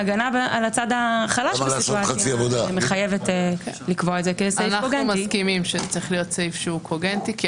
ההגנה על הצד החלש מחייבת לקבוע את זה כסעיף קוגנטי.